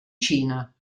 cina